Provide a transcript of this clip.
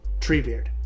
Treebeard